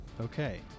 Okay